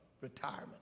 Retirement